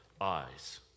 eyes